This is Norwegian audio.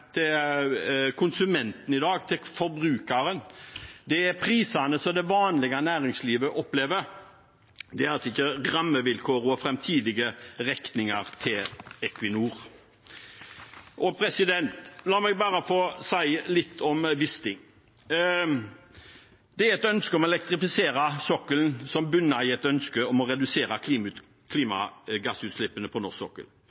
vanlige næringslivet opplever, ikke rammevilkår og framtidige regninger til Equinor. La meg også få si litt om Wisting. Det er et ønske om å elektrifisere sokkelen, som bunner i et ønske om å redusere klimagassutslippene på norsk sokkel.